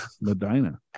Medina